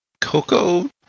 Coco